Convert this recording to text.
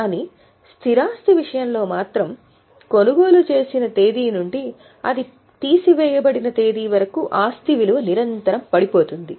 కానీ స్థిర ఆస్తి విషయంలో మాత్రం కొనుగోలు చేసిన తేదీ నుండి అది తీసివేయబడిన తేదీ వరకు ఆస్తి విలువ నిరంతరం పడిపోతుంది